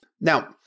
Now